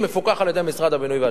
מפוקח על-ידי משרד הבינוי והשיכון.